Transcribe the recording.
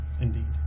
Indeed